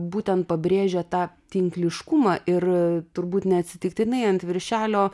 būtent pabrėžia tą tinkliškumą ir turbūt neatsitiktinai ant viršelio